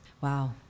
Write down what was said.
Wow